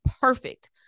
perfect